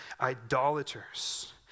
idolaters